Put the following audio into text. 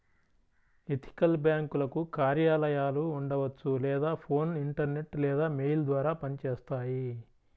ethical బ్యేంకులకు కార్యాలయాలు ఉండవచ్చు లేదా ఫోన్, ఇంటర్నెట్ లేదా మెయిల్ ద్వారా పనిచేస్తాయి